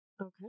Okay